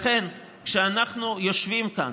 לכן, כשאנחנו יושבים כאן